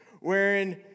wearing